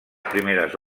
primeres